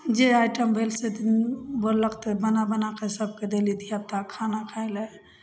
जे आइटम भेल से बोललक तऽ बना बना कए सबके देली धिआपुता खाना खाइलए